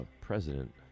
president